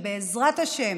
ובעזרת השם